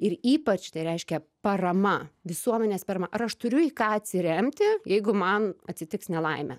ir ypač tai reiškia parama visuomenės parama ar aš turiu į ką atsiremti jeigu man atsitiks nelaimė